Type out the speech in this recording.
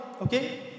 okay